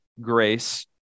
grace